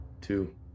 Two